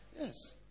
Yes